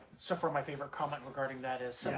so far my favorite comment regarding that is